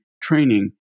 training